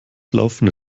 laufende